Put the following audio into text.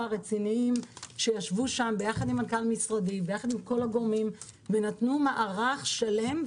רציניים שישבו שם יחד עם מנכ"ל משרדי ועם כל הגורמים ונתנו מערך שלם.